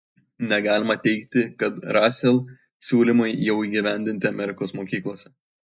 negalima teigti kad rasel siūlymai jau įgyvendinti amerikos mokyklose